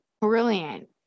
brilliant